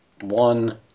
one